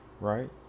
Right